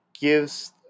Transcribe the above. gives